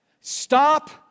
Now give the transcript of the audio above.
Stop